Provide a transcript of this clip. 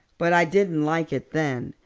but i didn't like it then.